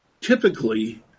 typically